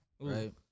right